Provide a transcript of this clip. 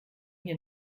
hier